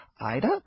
Ida